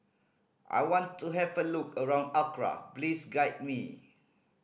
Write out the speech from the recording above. I want to have a look around Accra please guide me